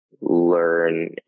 learn